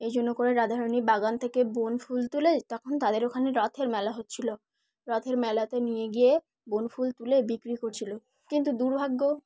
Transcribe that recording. এই জন্য করে রাধারণী বাগান থেকে বন ফুল তুলে তখন তাদের ওখানে রথের মেলা হচ্ছিলো রথের মেলাতে নিয়ে গিয়ে বন ফুল তুলে বিক্রি করছিলো কিন্তু দুর্ভাগ্য